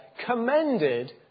commended